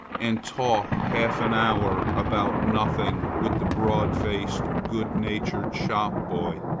and talk half an hour about nothing with the broad-faced, good-natured shop-boy.